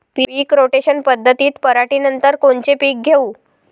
पीक rotation पद्धतीत पराटीनंतर कोनचे पीक घेऊ?